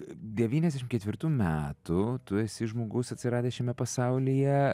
devyniasdešim ketvirtų metų tu esi žmogus atsiradęs šiame pasaulyje